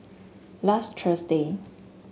last Thursday